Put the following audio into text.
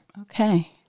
Okay